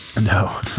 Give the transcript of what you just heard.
No